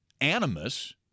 animus